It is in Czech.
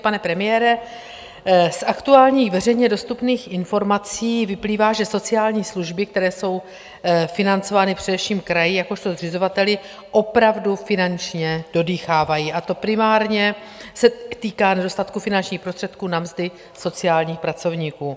Pane premiére, z aktuálních veřejně dostupných informací vyplývá, že sociální služby, které jsou financovány především kraji jakožto zřizovateli, opravdu finančně dodýchávají, a to se primárně týká nedostatku finančních prostředků na mzdy sociálních pracovníků.